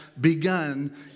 begun